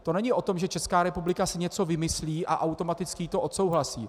To není o tom, že Česká republika si něco vymyslí a automaticky jí to odsouhlasí.